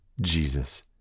jesus